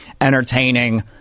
entertaining